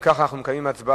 אם כך, אנחנו עוברים להצבעה.